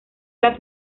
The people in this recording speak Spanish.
las